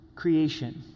Creation